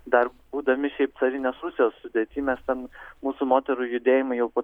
dar būdami šiaip carinės rusijos sudėty mes ten mūsų moterų judėjimai jau po